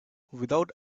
without